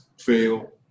fail